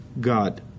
God